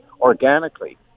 organically